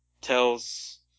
tells